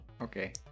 okay